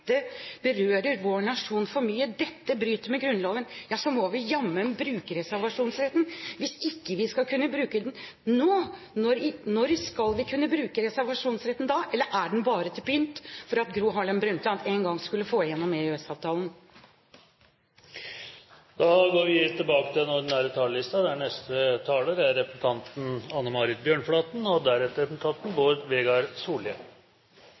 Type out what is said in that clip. berører vår nasjon for mye, og at dette bryter med Grunnloven, ja, så må vi jammen bruke reservasjonsretten. Hvis ikke vi skal kunne bruke den nå, når skal vi kunne bruke reservasjonsretten da? Eller er den bare til pynt, for at Gro Harlem Brundtland en gang skulle få igjennom EØS-avtalen? Replikkordskiftet er omme. Den teknologiske utviklingen skaper muligheter. På kort tid er mobiltelefoner, iPad-er og bærbare pc-er blitt nødvendige verktøy for oss alle i hverdagen. Teknologien er